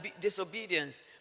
disobedience